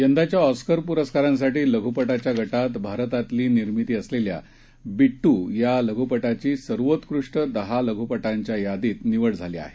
यंदाच्या ऑस्कर पुरस्कारांसाठी लघु पटाच्या गटात भारतातली निर्मिती असलेल्या बिट्ट या लघुपटाची सर्वोत्कृष्ट दहा लघुपटांच्या यादीत निवड झाली आहे